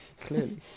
Clearly